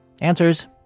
Answers